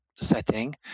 setting